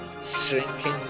shrinking